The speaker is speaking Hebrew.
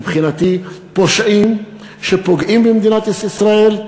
מבחינתי, פושעים שפוגעים במדינת ישראל,